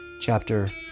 Chapter